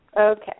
Okay